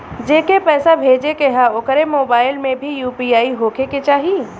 जेके पैसा भेजे के ह ओकरे मोबाइल मे भी यू.पी.आई होखे के चाही?